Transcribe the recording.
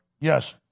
Yes